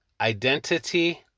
identity